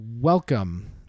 Welcome